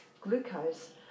glucose